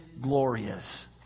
glorious